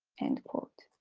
end quote